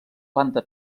planta